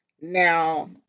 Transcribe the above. Now